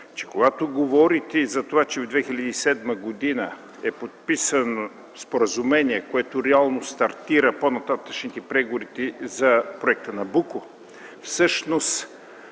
че когато говорите, че през 2007 г. е подписано споразумение, което реално стартира по-нататъшните преговори за проекта „Набуко”, всъщност